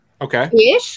Okay